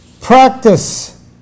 Practice